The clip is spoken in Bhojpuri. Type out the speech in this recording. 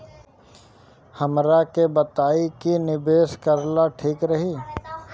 हमरा के बताई की निवेश करल ठीक रही?